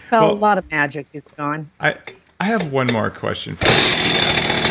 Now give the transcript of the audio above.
so a lot of magic is gone i have one more question for you, ts.